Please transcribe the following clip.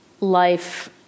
life